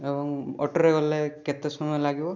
ଏବଂ ଅଟୋରେ ଗଲେ କେତେ ସମୟ ଲାଗିବ